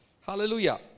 Hallelujah